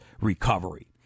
recovery